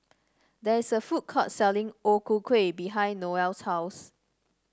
there is a food court selling O Ku Kueh behind Noel's house